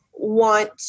want